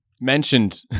mentioned